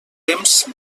temps